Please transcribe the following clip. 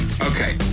Okay